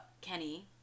Kenny